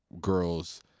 girls